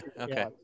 okay